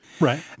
Right